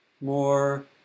more